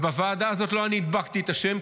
ולוועדה הזאת לא אני הדבקתי את השם,